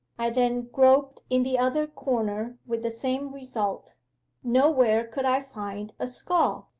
i then groped in the other corner with the same result nowhere could i find a skull.